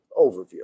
overview